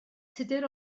tudur